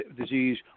disease